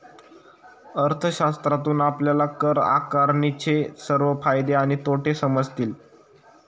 अर्थशास्त्रातून आपल्याला कर आकारणीचे सर्व फायदे आणि तोटे समजतील